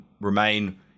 remain